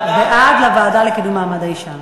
לקידום מעמד האישה